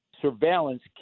surveillance